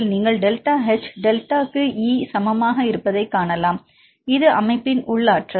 நீங்கள் delta H டெல்டாக்கு E சமமாக இருப்பதைக் காணலாம் இது அமைப்பின் உள் ஆற்றல்